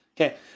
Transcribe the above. Okay